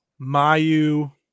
Mayu